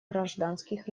гражданских